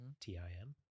T-I-M